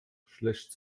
schlecht